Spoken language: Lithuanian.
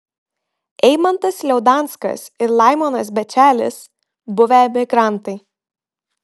eimantas liaudanskas ir laimonas bečelis buvę emigrantai